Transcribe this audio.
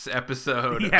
episode